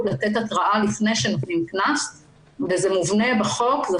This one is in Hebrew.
לתת התראה לפני שנותנים קנס וסזה מובנה בחוק וזה